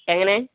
എങ്ങനെ